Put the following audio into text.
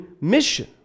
mission